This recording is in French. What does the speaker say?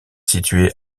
située